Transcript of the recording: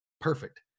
perfect